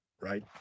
right